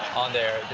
on there.